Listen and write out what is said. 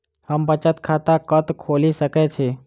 हम बचत खाता कतऽ खोलि सकै छी?